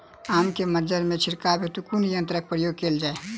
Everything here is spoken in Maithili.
आम केँ मंजर मे छिड़काव हेतु कुन यंत्रक प्रयोग कैल जाय?